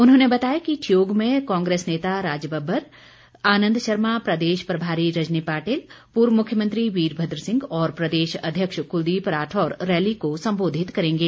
उन्होंने बताया कि ठियोग में कांग्रेस नेता राजबब्बर आनंद शर्मा प्रदेश प्रभारी रजनी पाटिल पूर्व मुख्यमंत्री वीरभद्र सिंह और प्रदेश अध्यक्ष कुलदीप राठौर रैली को संबोधित करेंगे